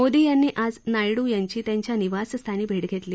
मोदी यांनी आज नायडू यांची त्यांच्या निवासस्थानी भेट घेतली